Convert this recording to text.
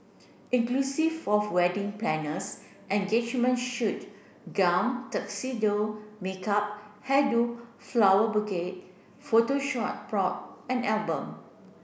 inclusive of wedding planners engagement shoot gown tuxedo makeup hair do flower bouquet photo shot prop and album